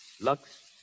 Lux